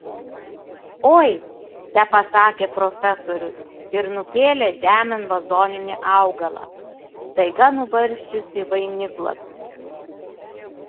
oi tepasakė profesorius ir nukėlė žemėn vazoninį augalą staiga nubarsčiusį vainiklapius